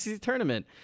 tournament